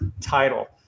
title